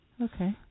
Okay